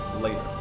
Later